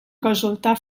resultar